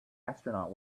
astronaut